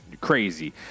crazy